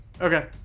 Okay